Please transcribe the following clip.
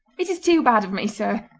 it is too bad of me, sir,